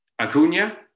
Acuna